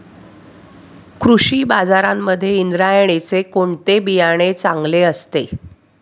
कृषी बाजारांमध्ये इंद्रायणीचे कोणते बियाणे चांगले असते?